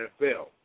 NFL